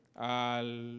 al